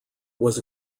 was